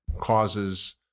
causes